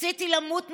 רציתי למות מקורונה,